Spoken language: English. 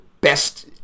best